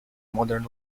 modern